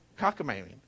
cockamamie